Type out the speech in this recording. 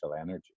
energy